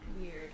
weird